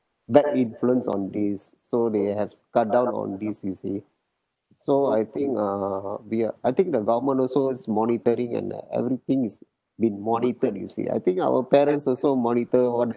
bad influence on these so they have cut down on these you see so I think uh be uh I think the government also is monitoring and uh everything is being monitored you see I think our parents also monitor what